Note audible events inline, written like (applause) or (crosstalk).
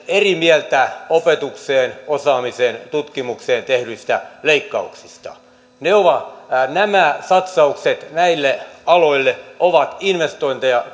eri mieltä opetukseen osaamiseen tutkimukseen tehdyistä leikkauksista nämä satsaukset näille aloille ovat investointeja (unintelligible)